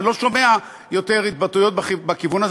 אני לא שומע יותר התבטאויות בכיוון הזה,